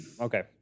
Okay